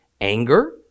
anger